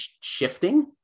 shifting